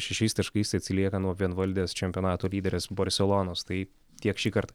šešiais taškais atsilieka nuo vienvaldės čempionato lyderės barselonos tai tiek šįkart